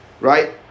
Right